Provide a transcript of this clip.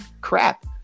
crap